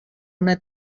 una